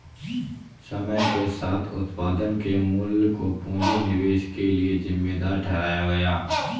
समय के साथ उत्पादन के मूल्य को पूंजी निवेश के लिए जिम्मेदार ठहराया गया